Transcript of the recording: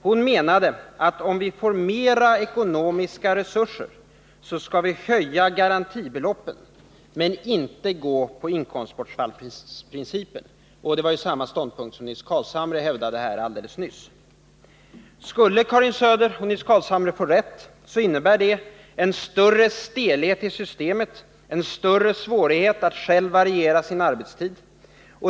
Hon menade att om vi får större ekonomiska resurser, skall vi höja garantibeloppet men inte gå på inkomstbortfallsprincipen. Samma ståndpunkt hävdade Nils Carlshamre alldeles nyss. Skulle Karin Söder och Nils Carlshamre få rätt, innebär det en större stelbenthet i systemet samt en ökad svårighet att själv variera sin arbetstid.